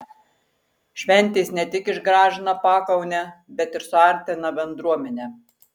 šventės ne tik išgražina pakaunę bet ir suartina bendruomenę